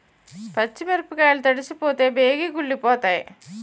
పచ్చి మిరపకాయలు తడిసిపోతే బేగి కుళ్ళిపోతాయి